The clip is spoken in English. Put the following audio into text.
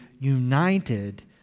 United